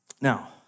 Now